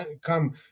come